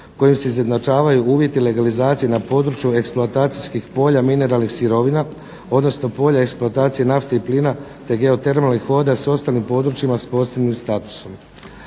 kojim se izjednačavaju uvjeti legalizacije na području eksploatacijskih polja, mineralnih sirovina, odnosno polja eksploatacije nafte i plina, te geotermalnih voda s ostalim područjima s posebnim statusom.